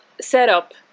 setup